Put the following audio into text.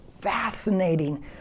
fascinating